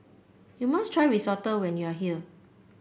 you must try Risotto when you are here